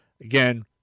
again